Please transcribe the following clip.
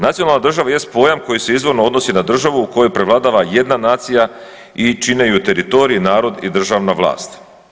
Nacionalna država jest pojam koji se izvorno odnosi na državu u kojoj prevladava jedna nacija i čine ju teritorij, narod i državna vlast.